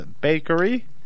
Bakery